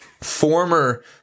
former